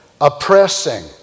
Oppressing